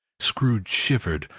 scrooge shivered,